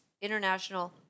International